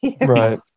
Right